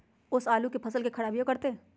ओस आलू के फसल के खराबियों करतै?